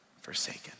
forsaken